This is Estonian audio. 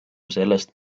sellest